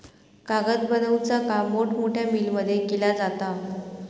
कागद बनवुचा काम मोठमोठ्या मिलमध्ये केला जाता